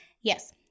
Yes